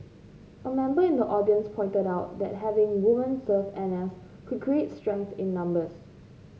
a member in the audience pointed out that having woman serve N S could create strength in numbers